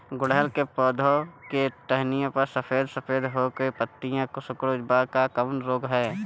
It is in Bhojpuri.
गुड़हल के पधौ के टहनियाँ पर सफेद सफेद हो के पतईया सुकुड़त बा इ कवन रोग ह?